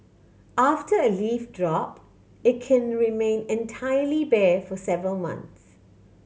after a leaf drop it can remain entirely bare for several months